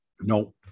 No